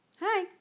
Hi